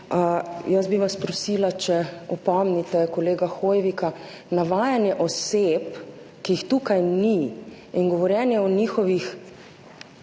bi vas, da opomnite kolega Hoivika. Navajanje oseb, ki jih tukaj ni, in govorjenje o njihovih